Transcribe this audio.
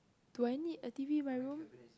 do I need a T_V in my room